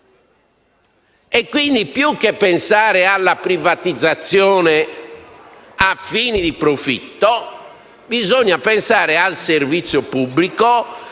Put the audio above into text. Quindi, più che pensare alla privatizzazione a fini di profitto, bisogna pensare al servizio pubblico